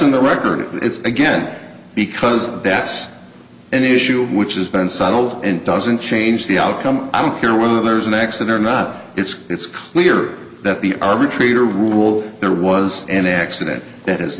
in the record it's again because that's an issue which has been settled and doesn't change the outcome i don't care whether there's an exit or not it's it's clear that the arbitrator rule there was an accident that has